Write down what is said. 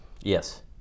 Yes